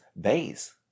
base